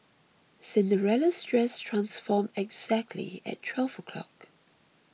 Cinderella's dress transformed exactly at twelve o' clock